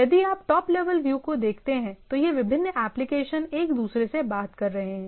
यदि आप top level view को देखते हैं तो ये विभिन्न एप्लीकेशन एक दूसरे से बात कर रहे हैं